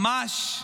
ממש,